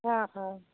অঁ অঁ